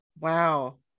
Wow